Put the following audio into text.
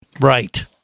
Right